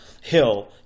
Hill